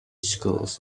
schools